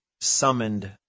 summoned